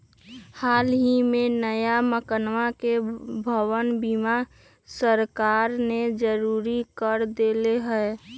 हल ही में नया मकनवा के भवन बीमा सरकार ने जरुरी कर देले है